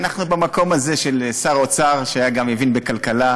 אנחנו במקום הזה, של שר אוצר שהיה גם מבין בכלכלה,